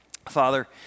Father